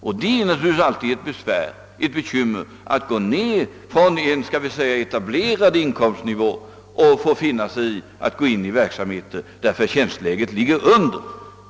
Och det är naturligtvis alltid bekymmersamt att gå ned från en etablerad inkomstnivå och få finna sig i att träda in i en verksamhet där förtjänstläget ligger lägre.